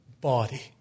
body